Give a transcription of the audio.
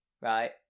right